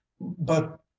But